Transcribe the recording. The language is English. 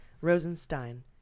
Rosenstein